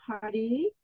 party